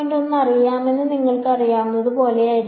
1 അറിയാമെന്ന് നിങ്ങൾക്കറിയാവുന്നതുപോലെയായിരിക്കാം